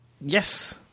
Yes